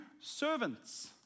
servants